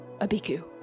Abiku